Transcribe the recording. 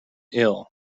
ill